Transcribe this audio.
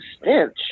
stench